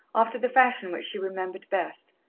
after the fashion which she remembered best,